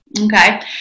Okay